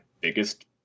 biggest